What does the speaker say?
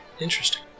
interesting